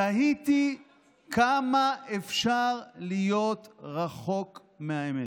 תהיתי כמה אפשר להיות רחוק מהאמת.